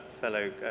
fellow